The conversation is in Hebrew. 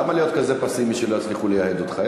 למה להיות כזה פסימי שלא יצליחו לייהד אותך.